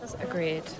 Agreed